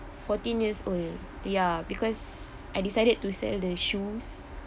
fourteen years old ya because I decided to sell the shoes